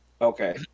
Okay